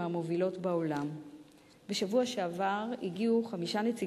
ישראל היא מהבודדות בעולם שבה כל ילד שסובל